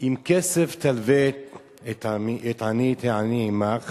"אם כסף תלוה את עמי את העני עמך